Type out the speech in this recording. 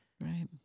Right